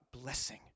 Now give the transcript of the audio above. blessing